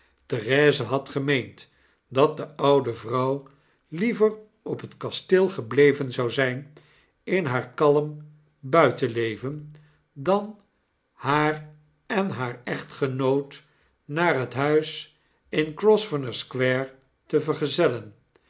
therese had gemeend dat de oude vrouw liever op het kasteel gebleven zou zyn in haar kalm buitenleven dan haar en haar echtgenoot naar het huis in g r o svenot square te vergezellen